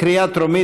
בקריאה טרומית.